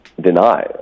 deny